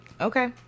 Okay